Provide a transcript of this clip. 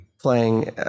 playing